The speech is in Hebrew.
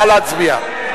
נא להצביע.